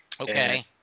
okay